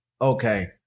Okay